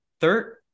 third